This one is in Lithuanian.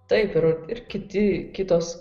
taip yra ir kiti kitos